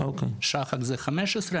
שחק זה 15,